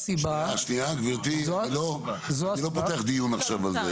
שניה גברתי אני לא פותח דיון על זה.